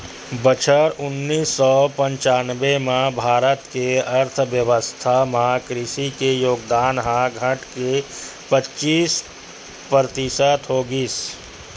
बछर उन्नीस सौ पंचानबे म भारत के अर्थबेवस्था म कृषि के योगदान ह घटके पचीस परतिसत हो गिस